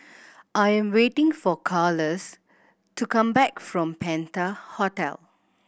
I am waiting for Carlos to come back from Penta Hotel